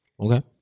Okay